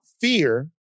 fear